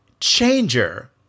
Changer